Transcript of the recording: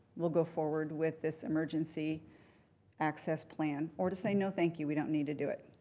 we'll go forward with this emergency access plan or to say, no, thank you, we don't need to do it.